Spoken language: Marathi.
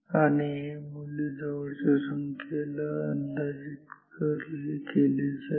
आणि हे मूल्य जवळच्या पूर्ण संख्येला अंदाजित केले जाईल